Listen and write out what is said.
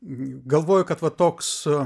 galvoju kad va toks